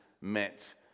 met